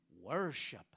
worship